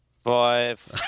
Five